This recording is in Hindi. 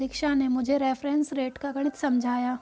दीक्षा ने मुझे रेफरेंस रेट का गणित समझाया